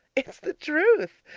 it's the truth.